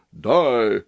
die